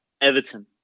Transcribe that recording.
Everton